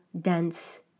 dense